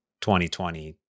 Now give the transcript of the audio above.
2020